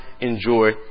enjoy